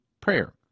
prayer